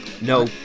No